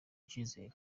icizere